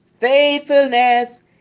faithfulness